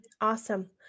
Awesome